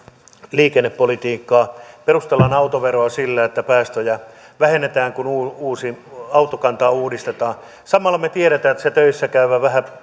liikennepolitiikkaa perustellaan autoveroa sillä että päästöjä vähennetään kun autokantaa uudistetaan samalla me tiedämme että sille töissä käyvälle vähän